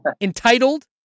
entitled